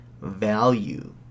value